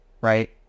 Right